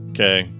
Okay